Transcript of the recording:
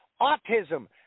Autism